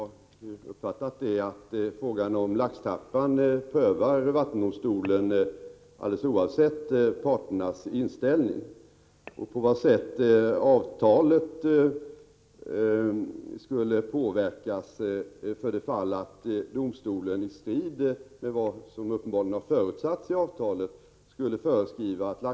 Herr talman! Jag har redan sagt — vilket ju Mats O Karlsson har uppfattat — att vattendomstolen prövar frågan om laxtrappan alldeles oavsett parternas inställning. På vad sätt avtalet skulle påverkas för det fall att domstolen — i strid med vad som uppenbarligen har förutsatts i avtalet — skulle föreskriva att Prot.